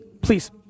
please